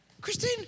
christine